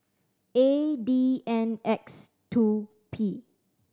A D N X two P